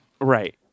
right